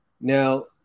now